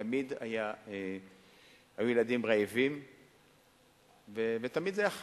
ותמיד היו ילדים רעבים ותמיד זה היה חמור.